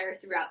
throughout